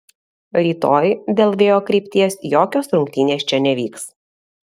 rytoj dėl vėjo krypties jokios rungtynės čia nevyks